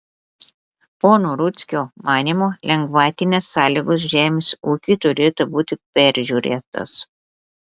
pono rudzkio manymu lengvatinės sąlygos žemės ūkiui turėtų būti peržiūrėtos